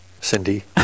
Cindy